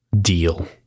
deal